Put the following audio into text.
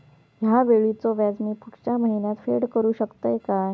हया वेळीचे व्याज मी पुढच्या महिन्यात फेड करू शकतय काय?